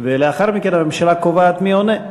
ולאחר מכן הממשלה קובעת מי עונה.